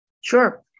Sure